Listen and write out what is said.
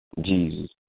Jesus